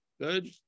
good